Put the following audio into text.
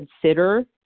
consider